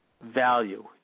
value